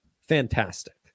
fantastic